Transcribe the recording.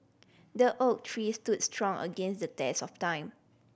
the oak tree stood strong against the test of time